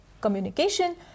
communication